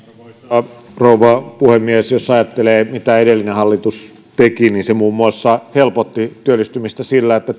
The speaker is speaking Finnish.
arvoisa rouva puhemies jos ajattelee mitä edellinen hallitus teki niin se muun muassa helpotti työllistymistä sillä että